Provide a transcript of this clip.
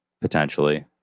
Potentially